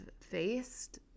faced